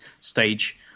Stage